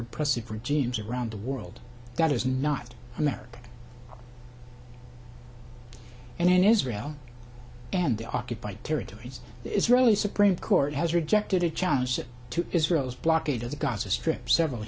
repressive regimes around the world that is not america and israel and the occupied territories the israeli supreme court has rejected a challenge to israel's blockade of the gaza strip several